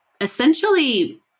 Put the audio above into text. essentially